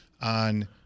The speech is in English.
on